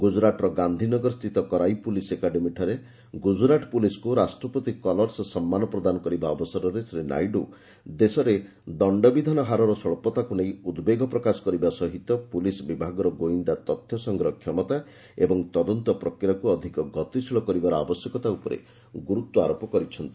ଗୁଜରାଟ୍ର ଗାନ୍ଧୀନଗର ସ୍ଥିତ କରାଇପୋଲିସ ଏକାଡେମୀଠାରେ ଗୁଜରାଟ୍ ପୋଲିସକୁ ରାଷ୍ଟ୍ରପତି କଲର୍ସ ସମ୍ମାନ ପ୍ରଦାନ କରିବା ଅବସରରେ ଶ୍ରୀ ନାଇଡୁ ଦେଶରେ ଦଣ୍ଡବିଧାନର ହାରର ସ୍ପଚ୍ଚତାକୁ ନେଇ ଉଦ୍ବେଗ ପ୍ରକାଶ କରିବା ସହିତ ପୋଲିସ ବିଭାଗର ଗୁଇନ୍ଦା ତଥ୍ୟ ସଂଗ୍ରହ କ୍ଷମତା ଓ ତଦନ୍ତ ପ୍ରକ୍ରିୟାକୁ ଅଧିକ ଗତିଶୀଳ କରିବାର ଆବଶ୍ୟକତା ଉପରେ ଗୁରୁତ୍ୱାରୋପ କରିଛନ୍ତି